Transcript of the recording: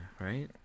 right